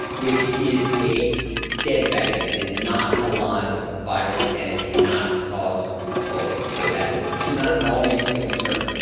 which is a dead vaccine. it is not a live virus, and it cannot cause polio, so that should not at all be a concern.